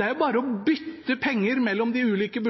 Det er bare å bytte penger mellom de ulike